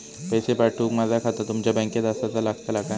पैसे पाठुक माझा खाता तुमच्या बँकेत आसाचा लागताला काय?